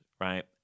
right